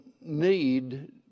need